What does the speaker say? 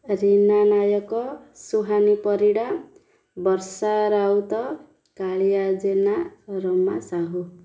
Reena Nayak Suhani Parida Barsha Raut Kalia Jena Rama Sahu